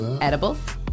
edibles